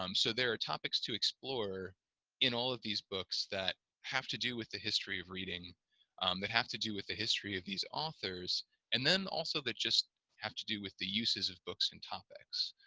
um so there are topics to explore in all of these books that have to do with the history of reading um that have to do with the history of these authors and then also that just have to do with the uses of books and topics.